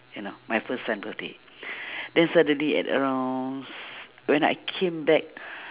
you know my first son birthday then suddenly at around si~ when I came back